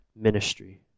ministry